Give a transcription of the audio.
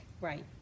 Right